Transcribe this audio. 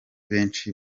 benshi